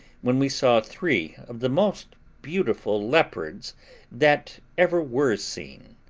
when we saw three of the most beautiful leopards that ever were seen,